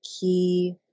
key